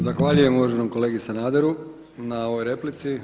Zahvaljujem uvaženom kolegi Sanaderu na ovoj replici.